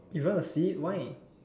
if you want a seat why